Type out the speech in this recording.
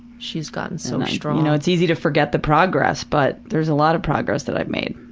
she's gotten so strong. you know it's easy to forget the progress, but there's a lot of progress that i've made.